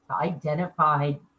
identified